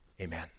Amen